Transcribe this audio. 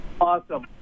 Awesome